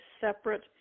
separate